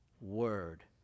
word